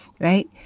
right